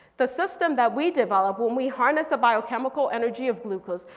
the system that we develop when we harness the biochemical energy of glucose.